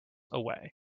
away